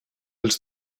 els